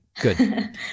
Good